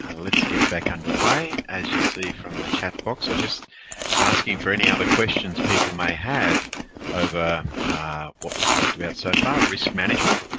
let's get back underway. as you see from the chat box, so just asking for any other questions people may have over what we talked about so far, risk management